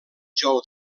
jou